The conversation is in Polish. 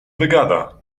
wygada